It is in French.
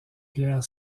pierre